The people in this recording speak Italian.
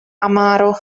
amaro